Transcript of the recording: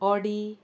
Audi